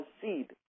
seed